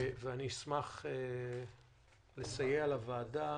ואני אשמח לסייע לוועדה